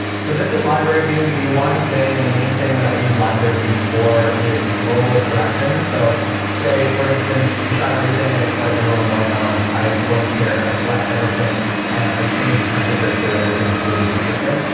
so this is library view. the one thing, the main thing that i use library view for is global corrections. so say for instance, you shot everything at a slightly wrong white balance. i go in here, i select everything and i change the temperature so that everything's good and consistent.